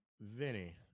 Vinny